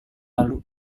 lalu